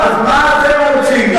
אז מה אתם רוצים?